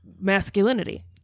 masculinity